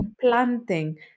planting